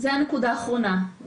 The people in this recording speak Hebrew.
זו הנקודה האחרונה.